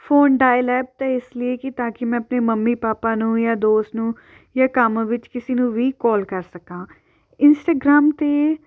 phone dial app 'ਤੇ ਇਸ ਲਈਏ ਕਿ ਤਾਂ ਕਿ ਮੈਂ ਆਪਣੇ ਮੰਮੀ ਪਾਪਾ ਨੂੰ ਜਾਂ ਦੋਸਤ ਨੂੰ ਜਾਂ ਕੰਮ ਵਿੱਚ ਕਿਸੇ ਨੂੰ ਵੀ ਕੌਲ ਕਰ ਸਕਾਂ ਇੰਸਟਾਗ੍ਰਾਮ 'ਤੇ